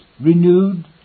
renewed